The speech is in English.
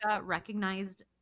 recognized